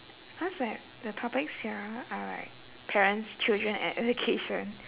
because like the topics here are like parents children and education